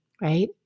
right